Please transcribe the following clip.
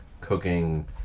Cooking